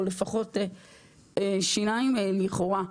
או לפחות שיניים לכאורה.